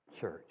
church